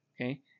okay